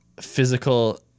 physical